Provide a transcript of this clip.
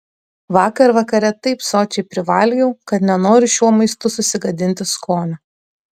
vakar vakare taip sočiai privalgiau kad nenoriu šiuo maistu susigadinti skonio